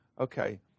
okay